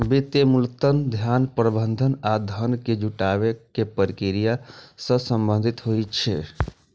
वित्त मूलतः धन प्रबंधन आ धन जुटाबै के प्रक्रिया सं संबंधित होइ छै